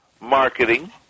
marketing